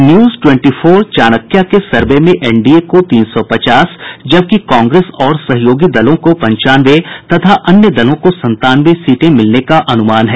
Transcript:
news twenty four Chanakya के survey में NDA को तीन सौ पचास जबकि कांग्रेस और सहयोगी दलों को पंचानवे तथा अन्य दलों को संतानवे सीटें मिलने का अनुमान है